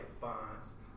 fonts